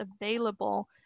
available